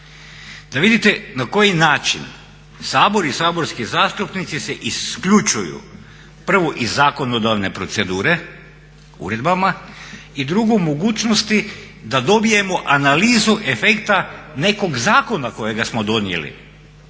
da vidite na koji način sabor i saborski zastupnici se isključuju prvo iz zakonodavne procedure uredbama i drugo mogućnosti da dobijemo analizu efekta nekog zakona kojega smo donijeli.